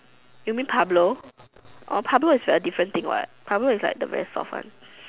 you mean Pablo orh Pablo is a different thing what Pablo is the very soft one